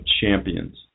champions